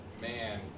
man